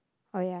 oh ya